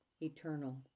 eternal